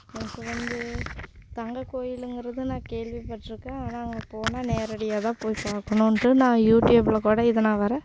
once வந்து தங்க கோவிலுங்கிறது நான் கேள்விப்பட்டுருக்கேன் ஆனால் அங்கே போனால் நேரடியாக தான் போய் பார்க்கணும்ன்ட்டு நான் யூடியூபில் கூட இதுநாள் வர